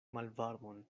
malvarmon